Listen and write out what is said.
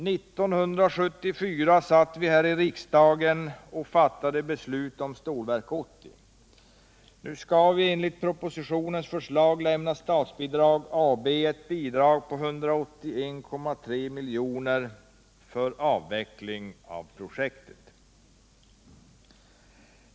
1974 satt vi här i riksdagen och fattade beslut om Stålverk 80. Nu skall vi, enligt propositionens förslag, lämna Statsföretag AB ett bidrag på 181,3 milj.kr. för en avveckling av projektet.